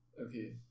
Okay